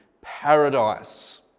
paradise